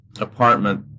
apartment